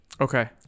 Okay